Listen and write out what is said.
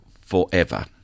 forever